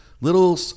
little